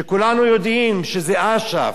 שכולנו יודעים שזה אש"ף.